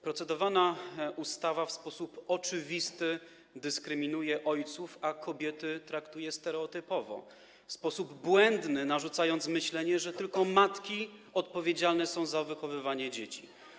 Procedowana ustawa w sposób oczywisty dyskryminuje ojców, a kobiety traktuje stereotypowo, w sposób błędny narzucając myślenie, że tylko matki odpowiedzialne są za wychowywanie dzieci.